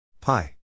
Pi